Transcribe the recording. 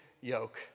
yoke